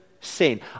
sin